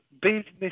business